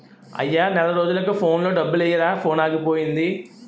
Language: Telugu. అయ్యా నెల రోజులకు ఫోన్లో డబ్బులెయ్యిరా ఫోనాగిపోయింది